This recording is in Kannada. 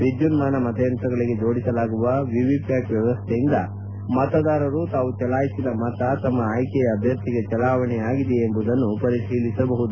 ವಿದ್ಯುನ್ನಾನ ಮತಯಂತ್ರಗಳಿಗೆ ಜೋಡಿಸಲಾಗುವ ವಿವಿ ಪ್ಲಾಟ್ ವ್ಯವಸ್ಥೆಯಿಂದ ಮತದಾರರು ತಾವು ಚಲಾಯಿಸಿದ ಮತ ತಮ್ನ ಆಯ್ಲೆಯ ಅಭ್ಯರ್ಥಿಗೆ ಚಲಾವಣೆಯಾಗಿದೆಯೇ ಎಂಬುದನ್ನು ಪರಿತೀಲಿಸಬಹುದು